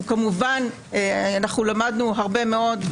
כמובן למדנו הרבה מאוד,